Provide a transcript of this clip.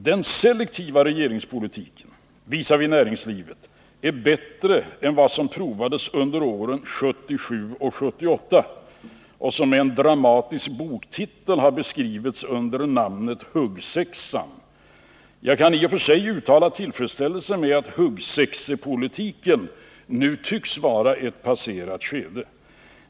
Den selektiva regeringspolitiken visavi näringslivet är bättre än vad som provades under åren 1977 och 1978 och som med en dramatisk boktitel har beskrivits under namnet ”Huggsexan”. Jag kan i och för sig uttala tillfredsställelse med att huggsexepolitiken nu tycks vara ett passerat skede.